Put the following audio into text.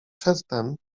przedtem